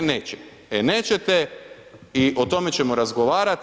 E nećete, e nećete i o tome ćemo razgovarati.